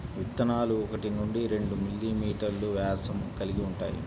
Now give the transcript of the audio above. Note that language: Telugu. విత్తనాలు ఒకటి నుండి రెండు మిల్లీమీటర్లు వ్యాసం కలిగి ఉంటాయి